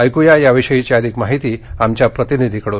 ऐक्या याविषयीची अधिक माहिती आमच्या प्रतिनिधीकडून